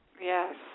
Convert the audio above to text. Yes